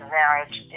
marriage